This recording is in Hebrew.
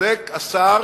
שצודקים השר